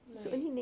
like